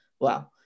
wow